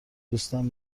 دوستم